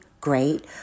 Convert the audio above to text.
great